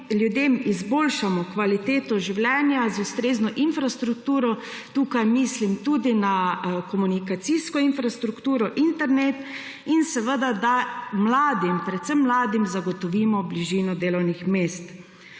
ljudem izboljšamo kvaliteto življenja z ustrezno infrastrukturo – tukaj mislim tudi na komunikacijsko infrastrukturo, internet – in da predvsem mladim zagotovimo bližino delovnih mest.